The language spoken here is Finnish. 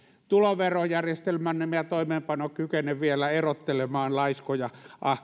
tuloverojärjestelmämme toimeenpano kykene vielä erottelemaan laiskoja